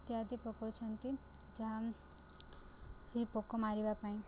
ଇତ୍ୟାଦି ପକଉଛନ୍ତି ଯାହା ସେ ପୋକ ମାରିବା ପାଇଁ